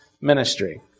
ministry